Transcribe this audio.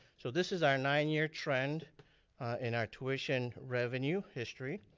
so this is our nine year trend in our tuition revenue history.